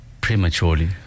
prematurely